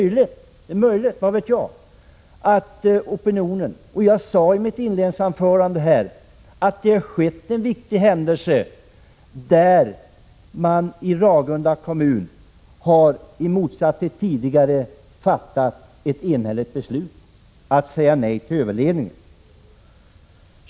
Jag talade i mitt inledningsanförande om en viktig händelse, nämligen att man i Ragunda kommun, i motsats till vad som tidigare varit fallet, har fattat ett enhälligt beslut om att säga nej till en överledning.